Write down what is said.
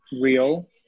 real